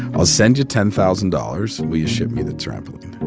i'll send you ten thousand dollars. will you ship me the trampoline?